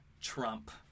Trump